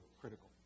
critical